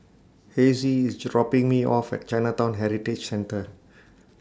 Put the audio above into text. Hezzie IS dropping Me off At Chinatown Heritage Centre